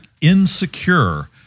insecure